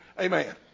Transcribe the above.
Amen